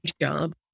job